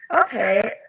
Okay